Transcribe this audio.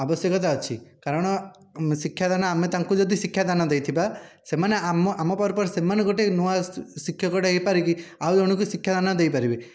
ଆବଶ୍ୟତା ଅଛି କାରଣ ଶିକ୍ଷାଦାନ ଆମେ ତାଙ୍କୁ ଯଦି ଶିକ୍ଷାଦାନ ଦେଇଥିବା ସେମାନେ ଆମ ଆମ ପରେ ପରେ ସେମାନେ ଗୋଟିଏ ନୂଆ ଶିକ୍ଷକ ଟିଏ ହୋଇପାରିକି ଆଉ ଜଣଙ୍କୁ ଶିକ୍ଷାଦାନ ଦେଇପାରିବେ